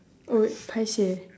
oh paiseh